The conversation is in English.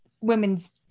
women's